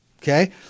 Okay